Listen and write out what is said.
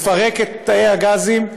לפרק את תאי הגזים,